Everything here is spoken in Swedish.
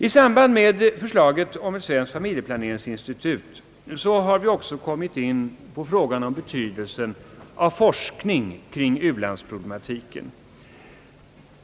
I samband med förslaget om ett svenskt familjeplaneringsinstitut har vi också kommit in på frågan om forskning kring u-landsproblematiken och dess betydelse.